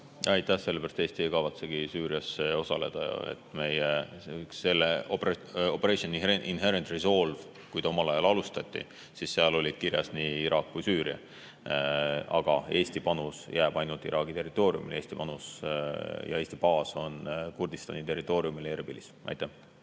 Aitäh! Seda sellepärast, et Eesti ei kavatsegi Süürias osaleda. Kui seda operatsiooni Inherent Resolve omal ajal alustati, siis seal olid kirjas nii Iraak kui Süüria, aga Eesti panus jääb ainult Iraagi territooriumile. Eesti panus ja Eesti baas on Kurdistani territooriumil Erbilis. Aitäh!